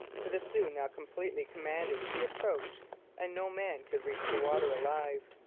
for the sioux now completely commanded the approach and no man could reach the water alive.